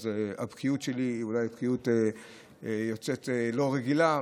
אז הבקיאות שלי היא אולי בקיאות לא רגילה,